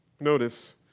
Notice